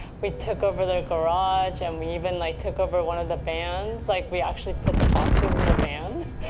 we took over the garage, and we even like took over one of the vans. like we actually put the boxes in the van,